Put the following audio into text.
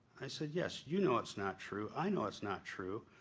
i said, yes, you know it's not true, i know it's not true,